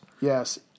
Yes